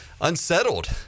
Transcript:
unsettled